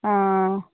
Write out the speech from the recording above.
অঁ